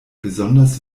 besonders